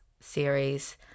series